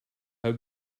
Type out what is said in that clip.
how